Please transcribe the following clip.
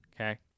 Okay